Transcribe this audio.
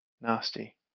Nasty